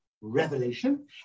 revelation